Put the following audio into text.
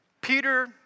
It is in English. Peter